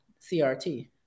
CRT